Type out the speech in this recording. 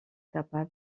capable